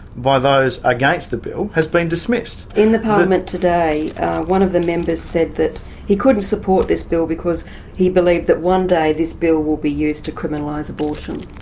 by those against the bill, has been dismissed. in the parliament today one of the members said he couldn't support this bill because he believed that one day this bill will be used to criminalise abortion.